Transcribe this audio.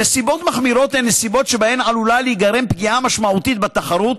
נסיבות מחמירות הן נסיבות שבהן עלולה להיגרם פגיעה משמעותית בתחרות,